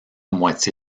moitié